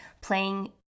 playing